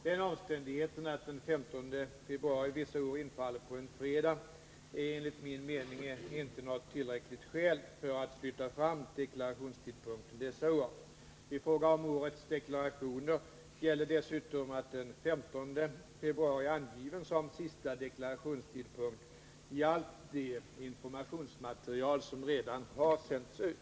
Den omständigheten att den 15 februari vissa år infaller på en fredag är enligt min mening inte något tillräckligt skäl för att flytta fram deklarationstidpunkten dessa år. I fråga om årets deklarationer gäller dessutom att den 15 februari är angiven som sista deklarationstidpunkt i allt det informationsmaterial som redan har sänts ut.